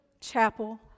chapel